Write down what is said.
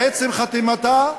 בעצם חתימתה,